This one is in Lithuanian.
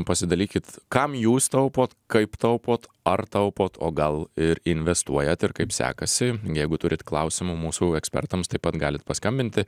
pasidalykit kam jūs taupo kaip taupot ar taupot o gal ir investuojat ir kaip sekasi jeigu turit klausimų mūsų ekspertams taip pat galit paskambinti